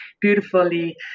beautifully